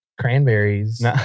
cranberries